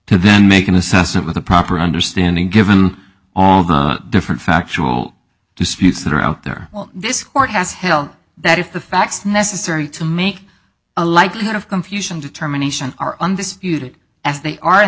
to then make an assessment with the proper understanding given all the different factual disputes that are out there this court has held that if the facts necessary to make a likelihood of confusion determination are undisputed as they are in